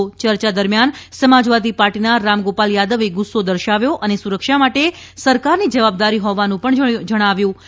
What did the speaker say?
યર્યા દરમિયાન સમાજવાદી પાર્ટીના રામ ગોપાલ થાદવે ગુસ્સો દર્શાવ્યો અને સુરક્ષા માટે સરકારની જવાબદારી હોવાનું કહ્યું હતું